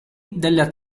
della